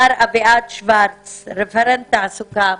מר אביעד שוורץ, רפרנט תעסוקה.